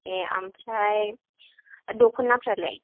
ए आमफ्राय दख'नाफ्रालाय